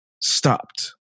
stopped